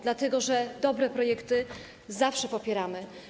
Dlatego, że dobre projekty zawsze popieramy.